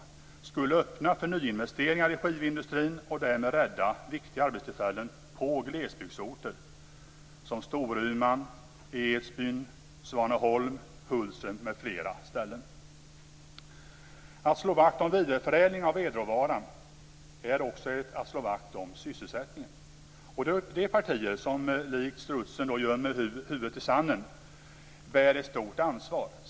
Det skulle öppna för nyinvesteringar i skivindustrin och därmed rädda viktiga arbetstillfällen på glesbygdsorter som Storuman, Edsbyn, Svaneholm, Hultsfred m.fl. orter. Att slå vakt om vidareförädling av vedråvaran är också att slå vakt om sysselsättningen. De partier som likt strutsen gömmer huvudet i sanden bär ett stort ansvar.